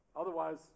Otherwise